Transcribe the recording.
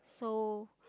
so